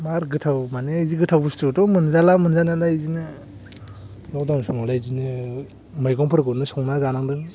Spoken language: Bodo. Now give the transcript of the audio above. मार गोथाव माने बिदि गोथाव बस्थुथ' मोनजाला मोनजानायालाय बिदिनो लकडाउन समावलाय बिदिनो मैगंफोरखौनो संना जानांदों